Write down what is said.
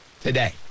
today